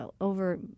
over